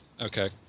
Okay